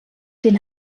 den